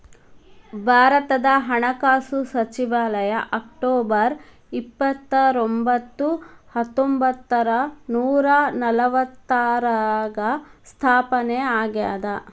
ಭಾರತದ ಹಣಕಾಸು ಸಚಿವಾಲಯ ಅಕ್ಟೊಬರ್ ಇಪ್ಪತ್ತರೊಂಬತ್ತು ಹತ್ತೊಂಬತ್ತ ನೂರ ನಲವತ್ತಾರ್ರಾಗ ಸ್ಥಾಪನೆ ಆಗ್ಯಾದ